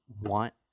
want